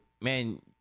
man